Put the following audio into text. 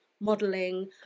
modeling